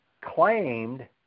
claimed